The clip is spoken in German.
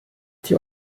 die